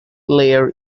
layer